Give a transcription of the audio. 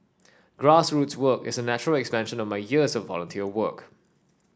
grassroots work is a natural extension of my years of volunteer work